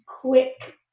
quick